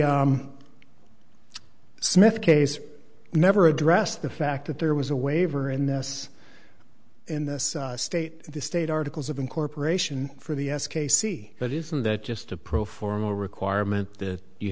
the smith case never addressed the fact that there was a waiver in this in this state the state articles of incorporation for the s k c but isn't that just a pro forma requirement that you